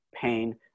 pain